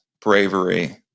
bravery